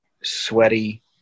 sweaty